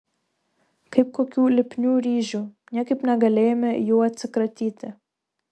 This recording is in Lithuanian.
kaip kokių lipnių ryžių niekaip negalėjome jų atsikratyti